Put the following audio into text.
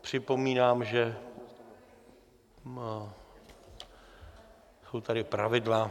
Připomínám, že jsou tady pravidla.